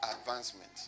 advancement